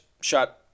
shot